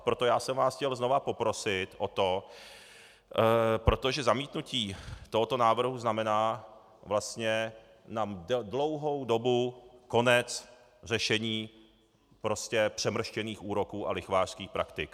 Proto já jsem vás chtěl znova poprosit o to, protože zamítnutí tohoto návrhu znamená vlastně na dlouhou dobu konec řešení přemrštěných úroků a lichvářských praktik.